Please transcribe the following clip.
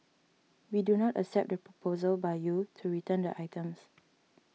we do not accept the proposal by you to return the items